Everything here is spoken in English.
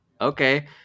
okay